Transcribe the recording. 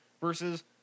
versus